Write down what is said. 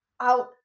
out